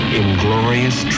inglorious